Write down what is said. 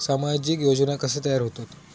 सामाजिक योजना कसे तयार होतत?